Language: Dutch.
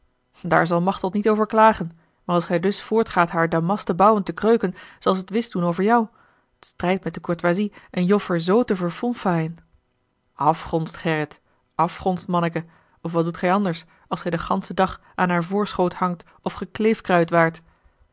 daar zal machteld niet over klagen maar als ge dus voortgaat haar damasten bouwen te kreuken zal het wisten over jou het strijdt met de courtoisie eene joffer z te verfonfaaien afgonst gerrit afgonst manneke of wat doet gij anders als gij den ganschen dag aan haar voorschoot hangt oft ge kleefkruid waart